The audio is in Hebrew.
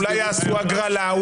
אולי יעשו הגרלה,